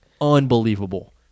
Unbelievable